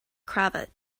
cravat